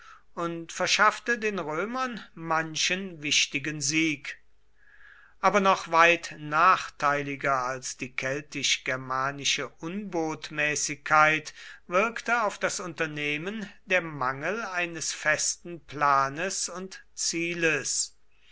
und verschaffte den römern manchen wichtigen sieg aber noch weit nachteiliger als die keltisch germanische unbotmäßigkeit wirkte auf das unternehmen der mangel eines festen planes und zieles